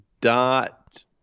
Dot